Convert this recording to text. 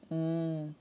mm